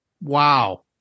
Wow